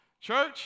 church